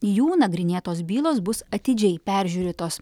jų nagrinėtos bylos bus atidžiai peržiūrėtos